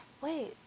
Wait